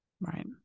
Right